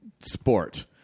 sport